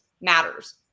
matters